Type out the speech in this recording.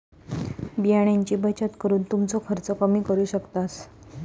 बियाण्यांची बचत करून तुमचो खर्च कमी करू शकतास